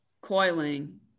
coiling